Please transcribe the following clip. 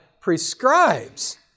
prescribes